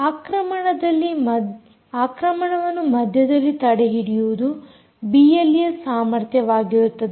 ಆಕ್ರಮಣವನ್ನು ಮಧ್ಯದಲ್ಲಿ ತಡೆಹಿಡಿಯುವುದು ಬಿಎಲ್ಈಯ ಸಾಮರ್ಥ್ಯವಾಗಿರುತ್ತದೆ